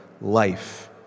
life